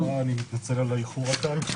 אני מתנצל על האיחור הקל.